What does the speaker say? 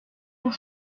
pour